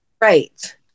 right